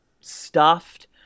stuffed